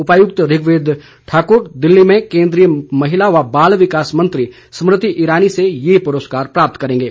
उपायुक्त ऋग्वेद ठाकुर दिल्ली में केन्द्रीय महिला व बाल विकास मंत्री स्मृति ईरानी से ये पुरस्कार प्राप्त करेंगे